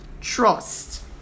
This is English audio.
trust